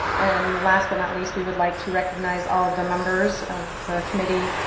and last but not least, we would like to recognize all of the members of the committee,